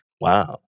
Wow